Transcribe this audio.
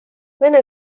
vene